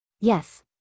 Yes